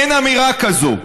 אין אמירה כזו.